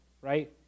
right